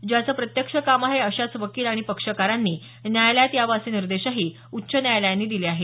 ज्यांचं प्रत्यक्ष काम आहे अशाच वकील आणि पक्षकारांनी न्यायालयात यावे असे निर्देशही उच्च न्यायालयानी दिले आहेत